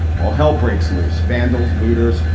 all hell breaks loose. vandals, looters,